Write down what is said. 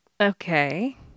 Okay